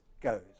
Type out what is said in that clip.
goes